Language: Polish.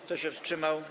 Kto się wstrzymał?